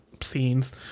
scenes